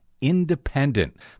independent